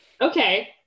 Okay